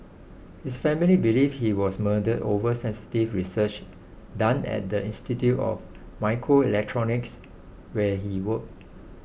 his family believe he was murdered over sensitive research done at the Institute of Microelectronics where he worked